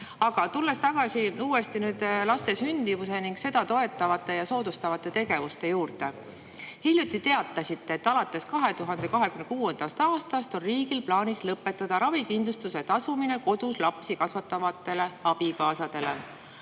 Tulen uuesti tagasi laste sündimuse ning seda toetavate ja soodustavate tegevuste juurde – hiljuti teatasite, et alates 2026. aastast on riigil plaanis lõpetada ravikindlustuse eest tasumine kodus lapsi kasvatavatele abikaasadele.